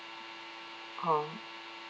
how